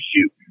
shoot